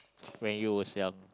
when you was young